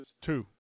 Two